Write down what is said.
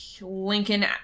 Lincoln